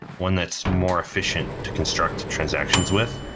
one that's more efficient to construct transactions with.